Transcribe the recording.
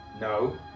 No